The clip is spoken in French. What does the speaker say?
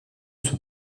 son